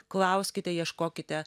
klauskite ieškokite